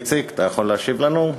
איציק, אתה יכול להשיב לנו?